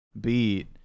beat